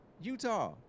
Utah